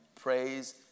praise